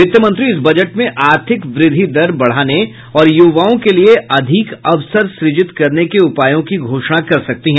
वित्त मंत्री इस बजट में आर्थिक वृद्धि दर बढ़ाने और युवाओं के लिए अधिक अवसर सृजित करने के उपायों की घोषणा कर सकती हैं